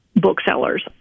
booksellers